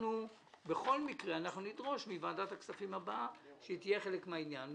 אנחנו בכל מקרה נדרוש מוועדת הכספים הבאה שתהיה חלק מן העניין.